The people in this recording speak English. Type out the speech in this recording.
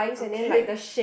okay